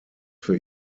für